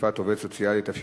תקיפת עובד סוציאלי),